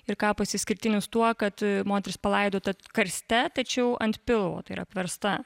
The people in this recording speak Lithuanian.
ir kapas išskirtinis tuo kad moteris palaidota karste tačiau ant pilvo tai yra apversta